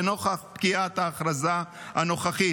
נוכח פקיעת ההכרזה הנוכחית,